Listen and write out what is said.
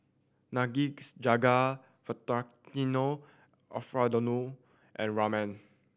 Nikujaga Alfredo and Ramen